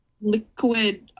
Liquid